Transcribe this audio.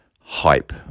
hype